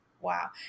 Wow